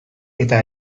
eta